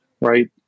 right